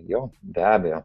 jo be abejo